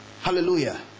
Hallelujah